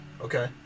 okay